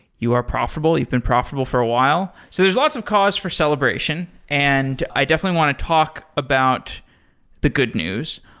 you are profitable. you've been profitable for a while. so there're lots of cause for celebration, and i definitely i want to talk about the good news.